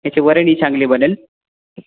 तिचं वरणही चांगले बनंल